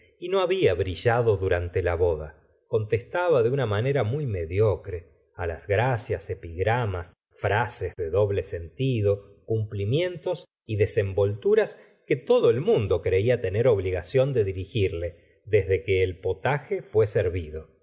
y no había brillado durante la boda contestaba de una manera muy mediocre las gracias epigramas frases de doble sentido cumplimientos y desenvolturas que todo el mundo creía tener obligación de dirigirle desde que el potaje fué servido